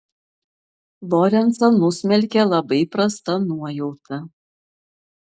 lorencą nusmelkė labai prasta nuojauta